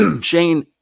Shane